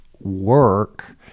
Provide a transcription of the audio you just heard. work